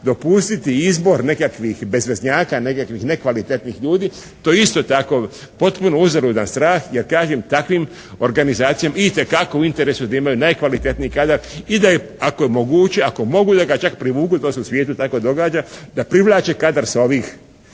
dopustiti izbor nekakvih bezveznjaka, nekakvih nekvalitetnih ljudi to isto tako je potreban uzaludan strah jer kažem takvim organizacijama je itekako u interesu da imaju najkvalitetniji kadar i da ako je moguće, ako mogu da ga čak privuku, to se u svijetu tako događa, da privlače kadar sa ovih